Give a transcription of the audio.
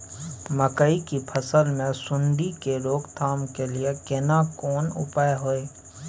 मकई की फसल मे सुंडी के रोक थाम के लिये केना कोन उपाय हय?